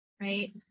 Right